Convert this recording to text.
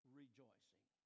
rejoicing